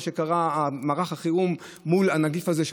מה שקרה במערך החירום לגבי הנגיף הזה,